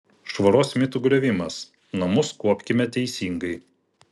švaros mitų griovimas namus kuopkime teisingai